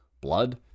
blood